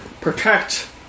protect